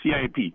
CIP